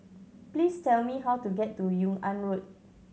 please tell me how to get to Yung An Road